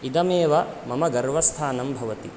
इदमेव मम गर्वस्थानं भवति